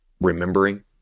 remembering